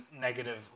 negative